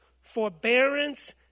forbearance